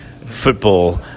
football